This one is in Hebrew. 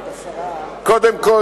קודם כול,